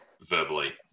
verbally